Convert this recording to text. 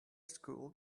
school